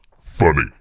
funny